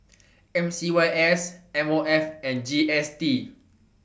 MCYS MOF and GST